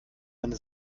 deine